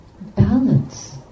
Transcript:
balance